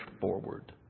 forward